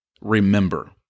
Remember